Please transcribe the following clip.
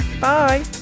Bye